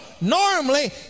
normally